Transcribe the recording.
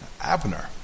Abner